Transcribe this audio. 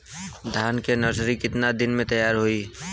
धान के नर्सरी कितना दिन में तैयार होई?